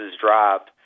drop